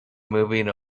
moving